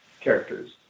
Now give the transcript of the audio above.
Characters